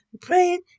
praying